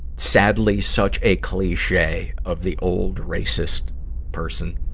sadly such a cliche of the old, racist person.